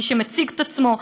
מי שמציג את עצמו,